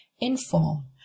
inform